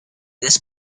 this